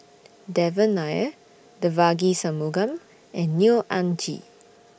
Devan Nair Devagi Sanmugam and Neo Anngee